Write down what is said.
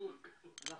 אנחנו